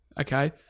okay